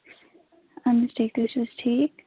اَہَن حظ ٹھیٖک تُہۍ ٲسِو حظ ٹھیٖک